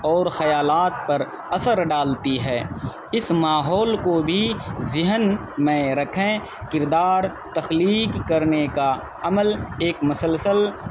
اور خیالات پر اثر ڈالتی ہے اس ماحول کو بھی ذہن میں رکھیں کردار تخلیق کرنے کا عمل ایک مسلسل